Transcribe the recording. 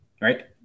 right